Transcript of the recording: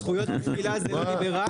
מה, זכויות התפילה זה לא ליברל?